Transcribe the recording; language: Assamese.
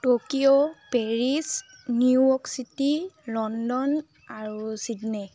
Tokyo Paris New York city London আৰু ছিডনী